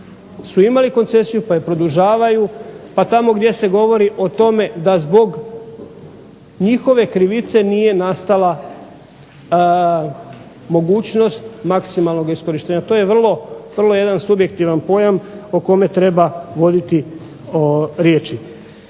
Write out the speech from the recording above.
su imali koncesiju pa je produžavaju, pa tamo gdje se govori o tome da zbog njihove krivice nije nastala mogućnost maksimalnog iskorištenja. To je vrlo jedan subjektivan pojam o kome treba voditi riječi.